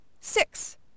Six